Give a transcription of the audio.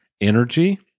energy